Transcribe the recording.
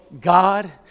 God